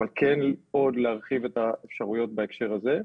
אבל כן להרחיב את האפשריות בהקשר הזה.